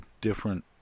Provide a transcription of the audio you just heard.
different